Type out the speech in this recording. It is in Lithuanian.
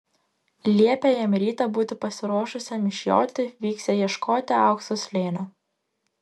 liepė jam rytą būti pasiruošusiam išjoti vyksią ieškoti aukso slėnio